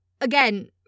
again